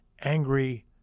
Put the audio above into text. angry